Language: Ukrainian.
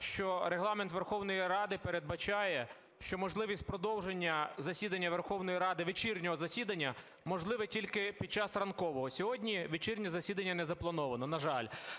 що Регламент Верховної Ради передбачає, що можливість продовження засідання Верховної Ради, вечірнього засідання, можливе тільки під час ранкового. Сьогодні вечірнє засідання не заплановано, на жаль.